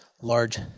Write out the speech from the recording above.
large